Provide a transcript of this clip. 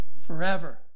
forever